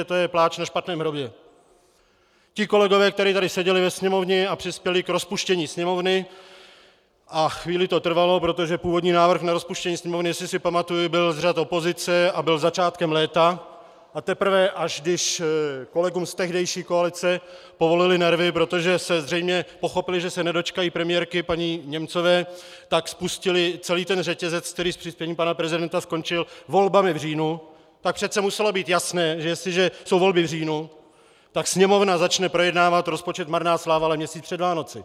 Ti kolegové, kteří tady seděli ve Sněmovně a přispěli k rozpuštění Sněmovny, a chvíli to trvalo, protože původní návrh na rozpuštění Sněmovny, jestli si pamatuji, byl z řad opozice a byl začátkem léta, a teprve až když kolegům z tehdejší koalice povolily nervy, protože zřejmě pochopili, že se nedočkají premiérky paní Němcové, tak spustili celý ten řetězec, který s přispěním pana prezidenta skončil volbami v říjnu, tak přece muselo být jasné, že jestliže jsou volby v říjnu, tak Sněmovna začne projednávat rozpočet, marná sláva, měsíc před Vánoci.